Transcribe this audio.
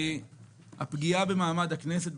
והפגיעה במעמד הכנסת,